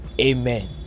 Amen